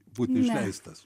būti išleistas